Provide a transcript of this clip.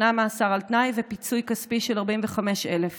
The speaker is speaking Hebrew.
שנה מאסר על תנאי ופיצוי כספי של 45,000 שקל.